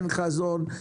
אין חזון,